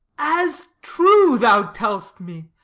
as true thou tell'st me,